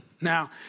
Now